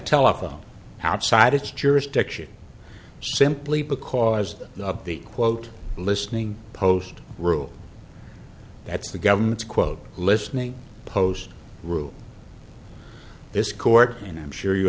telephone outside its jurisdiction simply because of the quote listening post rule that's the government's quote listening post rule this court and i'm sure you